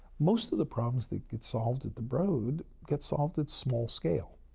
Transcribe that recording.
most of the problems that get solved at the broad, get solved at small scale.